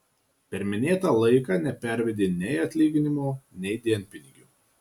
per minėtą laiką nepervedė nei atlyginimo nei dienpinigių